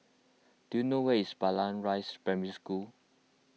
do you know where's Blangah Rise Primary School